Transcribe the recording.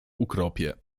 ukropie